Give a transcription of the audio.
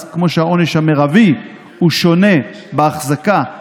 כמו שהעונש המרבי הוא שונה בהחזקה,